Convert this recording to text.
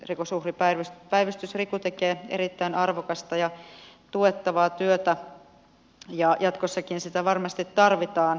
rikosuhripäivystys riku tekee erittäin arvokasta ja tuettavaa työtä ja jatkossakin sitä varmasti tarvitaan